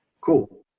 Cool